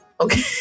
okay